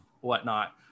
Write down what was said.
whatnot